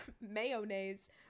mayonnaise